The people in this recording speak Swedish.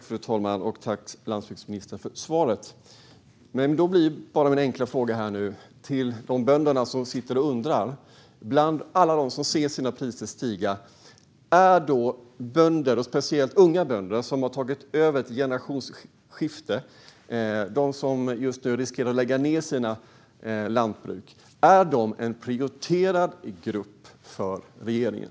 Fru talman! Jag tackar landsbygdsministern för svaret. Då blir min enkla fråga, för alla de bönder som sitter och undrar och ser sina priser stiga: Är bönder, speciellt unga bönder som har tagit över i ett generationsskifte och som just nu riskerar att behöva lägga ned sina lantbruk, en prioriterad grupp för regeringen?